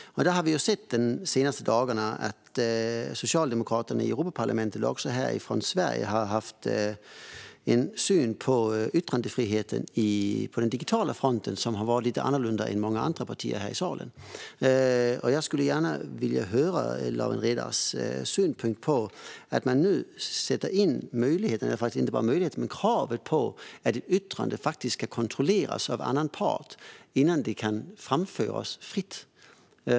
Under de senaste dagarna har vi sett att Socialdemokraterna i Europaparlamentet, och även här i Sverige, har haft en syn på yttrandefriheten på den digitala fronten som har varit lite annorlunda än många andra partiers här i salen. Jag skulle gärna vilja höra Lawen Redars synpunkt på att man nu sätter in inte bara möjligheten utan faktiskt kravet på att ett yttrande ska kontrolleras av annan part innan det kan framföras fritt.